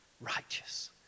righteous